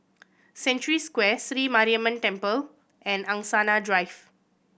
Century Square Sri Mariamman Temple and Angsana Drive